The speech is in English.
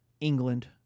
England